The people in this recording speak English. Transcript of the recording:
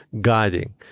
guiding